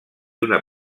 una